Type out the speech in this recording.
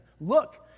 Look